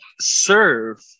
serve